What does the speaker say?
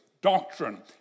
doctrine